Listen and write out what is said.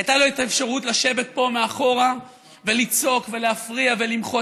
הייתה לו האפשרות לשבת פה מאחור ולצעוק ולהפריע ולמחות,